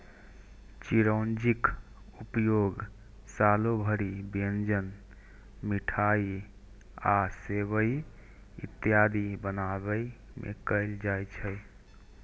चिरौंजीक उपयोग सालो भरि व्यंजन, मिठाइ आ सेवइ इत्यादि बनाबै मे कैल जाइ छै